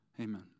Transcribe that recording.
Amen